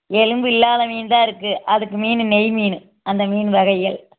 எலும்பு இல்லாத மீன் தான் இருக்குது அதுக்கு மீன் நெய் மீன் அந்த மீன் வகைகள்